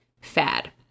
fad